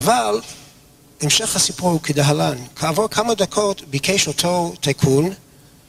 אבל, המשך הסיפור הוא כדהלן, כעבור כמה דקות ביקש אותו תיקון.